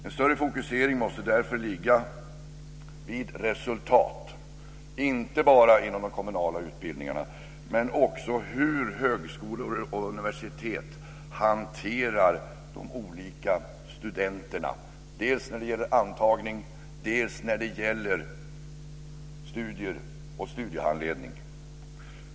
Ett större fokusering måste därför ligga på resultat, inte bara inom de kommunala utbildningarna, och på hur universitet och högskolor hanterar de olika studenterna dels när det gäller antagning, dels när det gäller studier och studiehandledning.